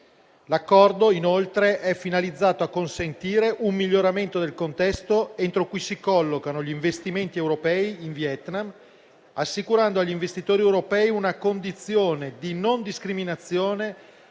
L'accordo inoltre è finalizzato a consentire un miglioramento del contesto entro cui si collocano gli investimenti europei in Vietnam, assicurando agli investitori europei una condizione di non discriminazione